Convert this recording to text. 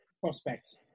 prospect